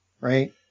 right